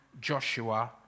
Joshua